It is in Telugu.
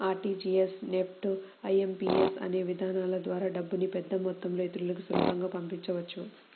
ఆర్టీజీయస్, నెఫ్ట్, ఐ.ఎం.పీ.యస్ అనే విధానాల ద్వారా డబ్బుని పెద్దమొత్తంలో ఇతరులకి సులభంగా పంపించవచ్చు